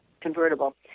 convertible